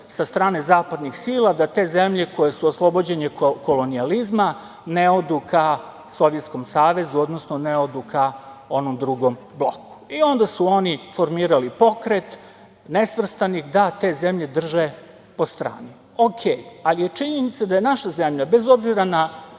sa strane zapadnih sila da te zemlje koje su oslobođene kolonijalizma ne odu ka Sovjetskom Savezu, odnosno ne odu ka onom drugom bloku i onda su oni formirali Pokret nesvrstanih da te zemlje drže po strani. Okej, ali je činjenica da je naša zemlja, bez obzira na